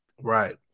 Right